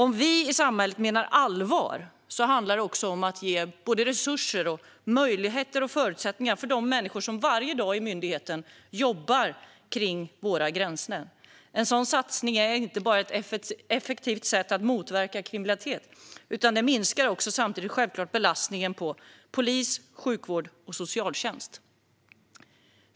Om vi i samhället menar allvar handlar det om att ge resurser, möjligheter och förutsättningar för de människor som varje dag på myndigheten jobbar kring våra gränser. En sådan satsning är inte bara ett effektivt sätt att motverka kriminalitet, utan det minskar självklart också belastningen på polis, sjukvård och socialtjänst.